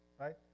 right